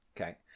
okay